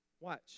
Watch